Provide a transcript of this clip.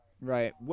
right